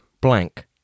blank